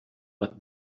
but